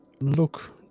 look